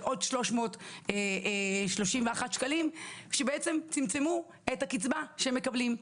עוד 331 ₪ שבעצם צמצמו את הקצבה שהם מקבלים.